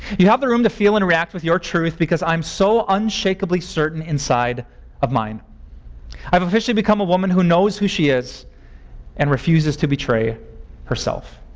you have the room to feel and react with your truth because i'm so unshakably certain inside of mine. i have officially become a woman who knows who she is and refuses to betray herself.